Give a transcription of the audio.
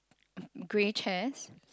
grey chairs